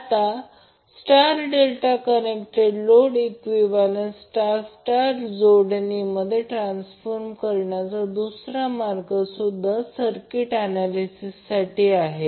आता star delta connected load हा equivalent star star जोडणी मध्ये ट्रान्सफॉर्म करण्याचा दुसरा मार्गसुद्धा सर्किट ऍनॅलिसिससाठी आहे